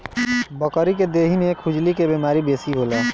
बकरी के देहि में खजुली के बेमारी बेसी होला